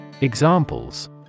Examples